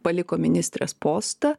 paliko ministrės postą